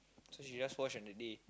so she just wash on that day